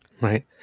Right